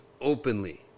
openly